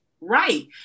right